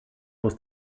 was